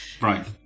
Right